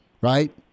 right